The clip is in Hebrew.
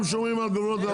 גם שומרים על הגבולות,